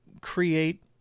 create